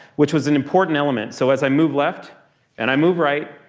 which was an important element. so as i move left and i move right,